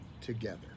together